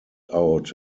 out